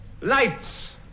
lights